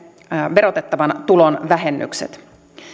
verotettavan tulon vähennykset